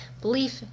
belief